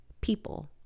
people